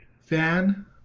Fan